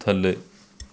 ਥੱਲੇ